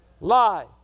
Lie